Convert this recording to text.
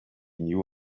knew